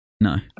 No